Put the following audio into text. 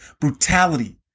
brutality